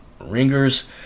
Ringers